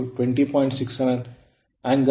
ಈ ಎರಡನ್ನು ಸೇರಿಸಿ I120